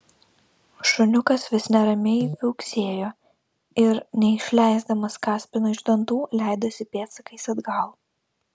šuniukas vis neramiai viauksėjo ir neišleisdamas kaspino iš dantų leidosi pėdsakais atgal